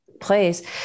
place